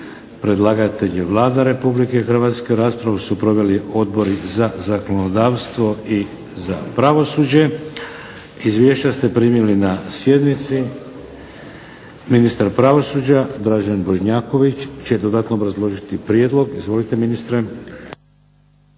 Predlagatelj je Vlada Republike Hrvatske. Raspravu su proveli odbori za zakonodavstvo i za pravosuđe. Izvješća ste primili na sjednici. Ministar pravosuđa Dražen Bošnjaković će dodatno obrazložiti prijedlog. Izvolite ministre.